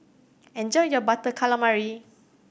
enjoy your Butter Calamari